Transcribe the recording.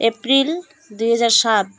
April ଦୁଇହଜାର ସାତ